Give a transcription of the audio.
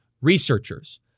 researchers